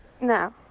No